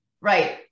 Right